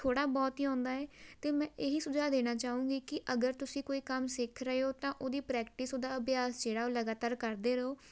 ਥੋੜ੍ਹਾ ਬਹੁਤ ਹੀ ਆਉਂਦਾ ਹੈ ਅਤੇ ਮੈਂ ਇਹੀ ਸੁਝਾਅ ਦੇਣਾ ਚਾਹੁੰਗੀ ਕਿ ਅਗਰ ਤੁਸੀਂ ਕੋਈ ਕੰਮ ਸਿੱਖ ਰਹੇ ਹੋ ਤਾਂ ਉਹਦੀ ਪ੍ਰੈਕਟਿਸ ਉਹਦਾ ਅਭਿਆਸ ਜਿਹੜਾ ਉਹ ਲਗਾਤਾਰ ਕਰਦੇ ਰਹੋ